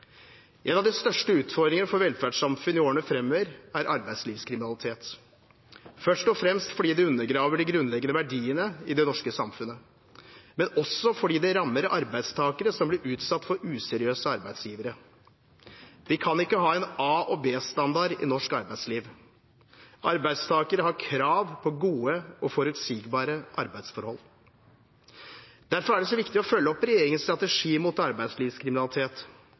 En av de største utfordringene for velferdssamfunnet i årene framover er arbeidslivskriminalitet, først og fremst fordi det undergraver de grunnleggende verdiene i det norske samfunnet, men også fordi det rammer arbeidstakere som blir utsatt for useriøse arbeidsgivere. Vi kan ikke ha en A- og B-standard i norsk arbeidsliv. Arbeidstakere har krav på gode og forutsigbare arbeidsforhold. Derfor er det så viktig å følge opp regjeringens strategi mot arbeidslivskriminalitet.